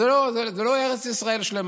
זו לא ארץ ישראל שלמה.